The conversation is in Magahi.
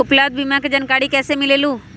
उपलब्ध बीमा के जानकारी कैसे मिलेलु?